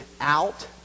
out